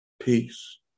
Peace